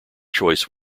choice